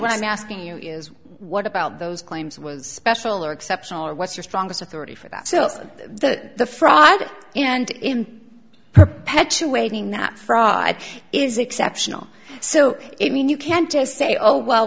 what i'm asking you is what about those claims was special or exceptional or what's your strongest authority for that so the fraud and perpetuating that fraud is exceptional so it mean you can't just say oh well